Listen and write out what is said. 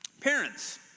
Parents